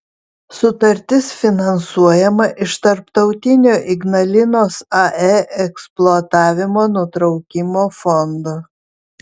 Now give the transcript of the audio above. sutartis finansuojama iš tarptautinio ignalinos ae eksploatavimo nutraukimo fondo